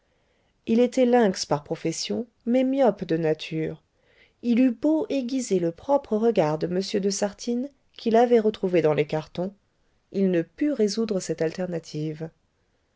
il était lynx par profession mais myope de nature il eut beau aiguiser le propre regard de m de sartines qu'il avait retrouvé dans les cartons il ne put résoudre cette alternative